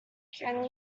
can